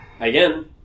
Again